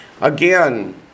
Again